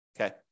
Okay